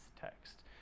text